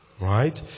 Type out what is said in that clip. Right